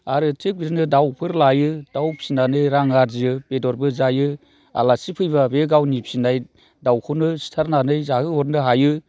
आरो थिग बिदिनो दाउफोर लायो दाउ फिनानै रां आरजियो बेदरबो जायो आलासि फैब्ला बे गावनि फिनाय दाउखौनो सिथारनानै जाहो हरनो हायो